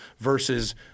versus